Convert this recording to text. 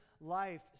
life